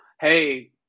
hey